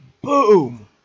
boom